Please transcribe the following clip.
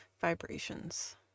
vibrations